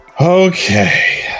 Okay